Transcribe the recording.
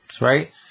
right